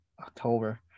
October